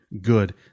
good